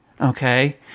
okay